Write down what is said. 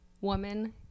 woman